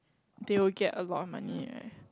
they will get a lot of money eh